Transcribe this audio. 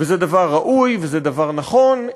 וזה דבר ראוי וזה דבר נכון,